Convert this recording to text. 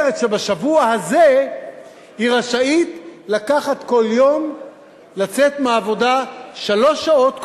אומרת שבשבוע הזה היא רשאית לצאת מהעבודה שלוש שעות קודם: